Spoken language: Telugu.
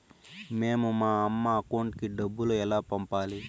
మేము మా అమ్మ అకౌంట్ కి డబ్బులు ఎలా పంపాలి